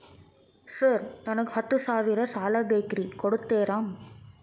Sir ನನಗ ಹತ್ತು ಸಾವಿರ ಸಾಲ ಬೇಕ್ರಿ ಕೊಡುತ್ತೇರಾ?